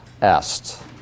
est